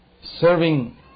serving